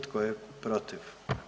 Tko je protiv?